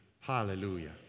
Hallelujah